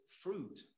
fruit